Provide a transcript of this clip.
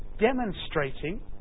demonstrating